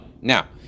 Now